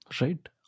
Right